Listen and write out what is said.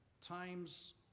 times